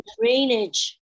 drainage